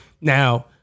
Now